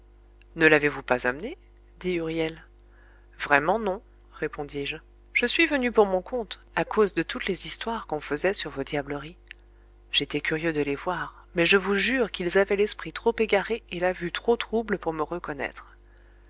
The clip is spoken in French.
ne l'avez-vous pas amené dit huriel vraiment non répondis-je je suis venu pour mon compte à cause de toutes les histoires qu'on faisait sur vos diableries j'étais curieux de les voir mais je vous jure qu'ils avaient l'esprit trop égaré et la vue trop trouble pour me reconnaître